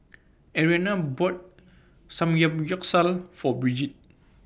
Ariana bought Samgeyopsal For Brigid